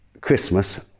Christmas